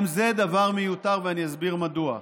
גם זה דבר מיותר, ואני אסביר מדוע: